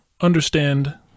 understand